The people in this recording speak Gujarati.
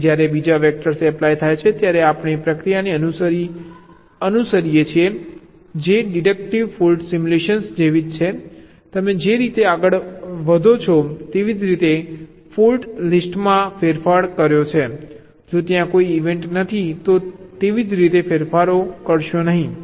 અને જ્યારે બીજા વેક્ટર એપ્લાય થાય છે ત્યારે આપણે પ્રક્રિયાને અનુસરીએ છીએ જે ડિડક્ટિવ ફોલ્ટ સિમ્યુલેશન જેવી જ છે તમે જે રીતે આગળ વધો છો તેવી જ રીતે તમે ફોલ્ટ લિસ્ટમાં ફેરફાર કર્યો છે જો ત્યાં કોઈ ઇવેન્ટ નથી તો તેવી જ રીતે ફેરફારો કરશો નહીં